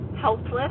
helpless